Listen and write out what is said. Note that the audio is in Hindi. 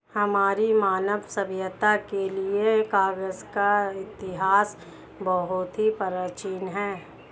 हमारी मानव सभ्यता के लिए कागज का इतिहास बहुत ही प्राचीन है